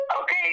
Okay